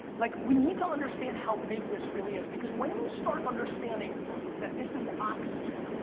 like we need to understand how big this really is because when you start understanding that this is oxygen,